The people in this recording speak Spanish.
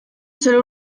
solo